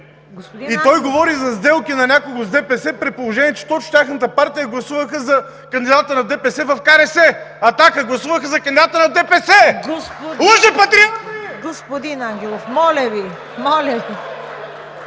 И той говори за сделки на някого с ДПС, при положение че точно тяхната партия гласуваха за кандидата на ДПС в КРС?! „Атака“ гласуваха за кандидата на ДПС! Лъжепатриоти! (Ръкопляскания